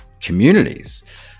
communities